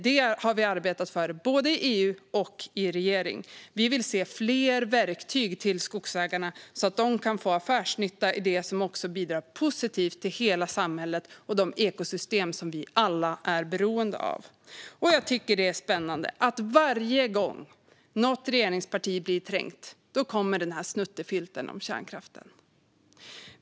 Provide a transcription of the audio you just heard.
Det har vi arbetat för både i EU och i regering. Vi vill se fler verktyg till skogsägarna så att de kan få affärsnytta i det som också bidrar positivt till hela samhället och de ekosystem som vi alla är beroende av. Jag tycker att det är spännande att varje gång något regeringsparti blir trängt kommer den här snuttefilten om kärnkraften.